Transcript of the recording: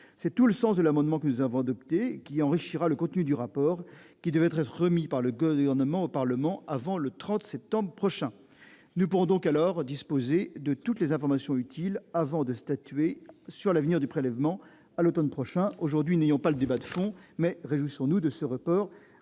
C'est tout le sens de l'amendement que nous avons adopté et dont l'objet est d'enrichir le contenu du rapport qui devra être remis par le Gouvernement au Parlement avant le 30 septembre prochain. Nous pourrons ainsi disposer de toutes les informations utiles avant de statuer sur l'avenir du prélèvement à la source. Remettons donc le débat de fond, et réjouissons-nous de ce report